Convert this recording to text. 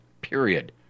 period